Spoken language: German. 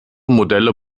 modelle